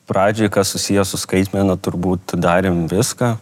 pradžiai kas susiję su skaitmena turbūt darėm viską